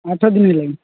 ଆଠ ଦିନ ହେଲାଣି